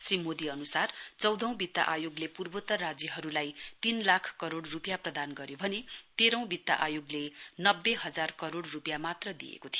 श्री मोदी अनुसार चौधौं वित्त आयोगले पूर्वोत्तर राज्यहरुलाई तीन लाख करोइ रुपियाँ प्रदान गर्यो भने तैह्रौं वित्त आयोगले नब्बे हजार करोड़ रुपियाँ मात्र दिएको थियो